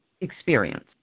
experience